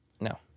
No